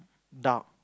dark